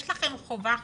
יש לכם חובה חוקית,